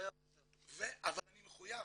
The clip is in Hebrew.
אבל אני מחויב.